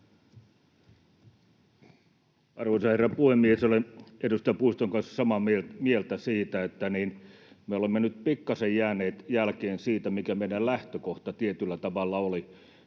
Arvoisa herra puhemies! Olen edustaja Puiston kanssa samaa mieltä siitä, että me olemme nyt pikkasen jääneet jälkeen siitä, mikä meidän lähtökohta tietyllä tavalla oli